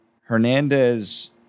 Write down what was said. Hernandez